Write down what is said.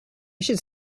should